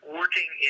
working